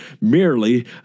merely